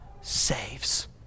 saves